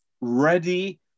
ready